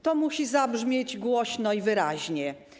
To musi zabrzmieć głośno i wyraźnie.